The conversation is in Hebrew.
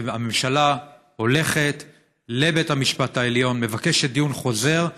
הממשלה הולכת לבית המשפט העליון ומבקשת דיון חוזר.